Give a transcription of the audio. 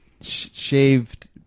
shaved